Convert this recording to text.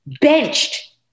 Benched